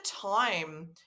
time